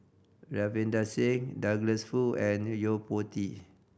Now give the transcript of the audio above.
Ravinder Singh Douglas Foo and Yo Po Tee